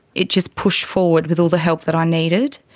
it just pushed forward with all the help that i needed.